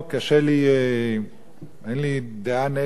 קשה לי אין לי דעה נגד,